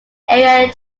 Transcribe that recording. area